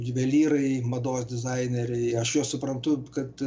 juvelyrai mados dizaineriai aš juos suprantu kad